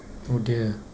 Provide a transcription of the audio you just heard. oh dear